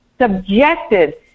subjected